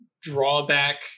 drawback